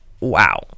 Wow